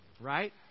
Right